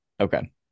Okay